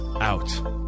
out